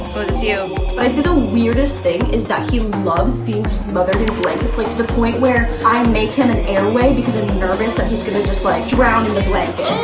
so the weirdest thing is that he loves being smothered in blankets, like to the point where i make him an airway because i'm nervous that he's gonna just like drown in the blanket.